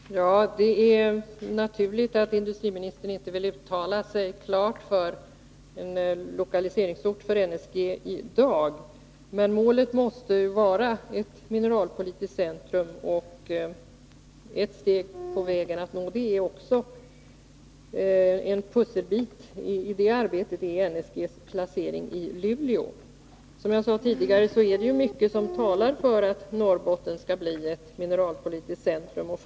Fru talman! Det är naturligt att industriministern inte vill göra ett klart uttalande i dag om lokaliseringort för NSG. Men målet måste vara ett mineralpolitiskt centrum, och en pusselbit i det arbetet är NSG:s placering i Luleå. Som jag sade tidigare är det mycket som talar för att Norrbotten skall bli ett mineralpolitiskt centrum.